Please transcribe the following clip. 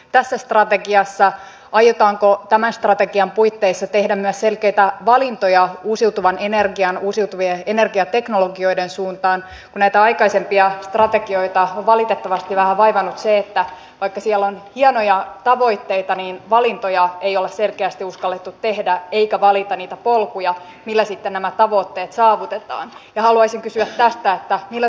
tässä strategiassa ajetaanko tämän strategian puitteissa sain olla itse tuolla hallitusneuvotteluissa tuomassa esiin tätä omaishoidon ja perhehoidon kehittämisen tarvetta ja olen erittäin iloinen että tähän työhön on lähdetty ja pyytäisin oppositiota huomaamaan että omaishoitajien ja perhehoitajien joukossa ja heidän asiakkaittensa joukossa on myös erittäin paljon pienituloisia ihmisiä